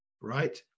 right